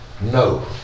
no